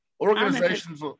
Organizations